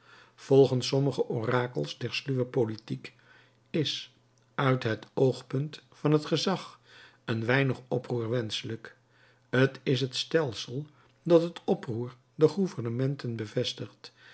volgens sommige orakels der sluwe politiek is uit het oogpunt van het gezag een weinig oproer wenschelijk t is het stelsel dat het oproer de gouvernementen bevestigt